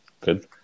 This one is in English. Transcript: good